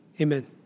amen